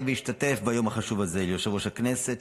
והשתתף ביום החשוב הזה: ליושב-ראש הכנסת,